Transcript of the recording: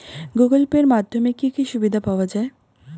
Google Pay এর মাধ্যমে কি কি সুবিধা পাওয়া যায়?